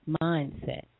mindset